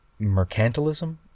Mercantilism